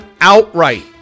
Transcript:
outright